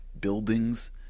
buildings